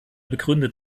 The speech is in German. begründet